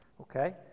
Okay